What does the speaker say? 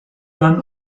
run